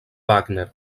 wagner